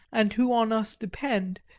and who on us depend,